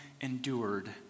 endured